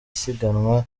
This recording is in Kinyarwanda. siganwa